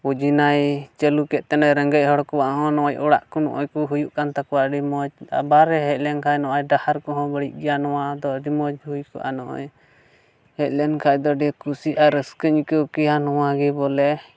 ᱡᱳᱡᱽᱱᱟᱭ ᱪᱟᱹᱞᱩ ᱠᱮᱫᱼᱛᱮ ᱨᱮᱸᱜᱮᱡ ᱦᱚᱲ ᱠᱚᱣᱟᱜ ᱦᱚᱸ ᱱᱚᱜᱼᱚᱭ ᱚᱲᱟᱜ ᱠᱚ ᱱᱚᱜᱼᱚᱭ ᱠᱚ ᱦᱩᱭᱩᱜ ᱠᱟᱱ ᱛᱟᱠᱚᱣᱟ ᱟᱹᱰᱤ ᱢᱚᱡᱽ ᱟᱵᱟᱨᱮ ᱦᱮᱡ ᱞᱮᱱᱠᱷᱟᱱ ᱱᱚᱜᱼᱚᱭ ᱰᱟᱦᱟᱨ ᱠᱚᱦᱚᱸ ᱵᱟᱹᱲᱤᱡ ᱜᱮᱭᱟ ᱱᱚᱣᱟ ᱫᱚ ᱟᱹᱰᱤ ᱢᱚᱡᱽ ᱦᱩᱭ ᱠᱚᱜᱼᱟ ᱱᱚᱜᱼᱚᱭ ᱦᱮᱡ ᱞᱮᱱᱠᱷᱟᱡ ᱫᱚ ᱟᱹᱰᱤ ᱠᱩᱥᱤ ᱟᱨ ᱨᱟᱹᱥᱠᱟᱹᱧ ᱟᱹᱭᱠᱟᱹᱣ ᱠᱮᱭᱟ ᱱᱚᱣᱟᱜᱮ ᱵᱚᱞᱮ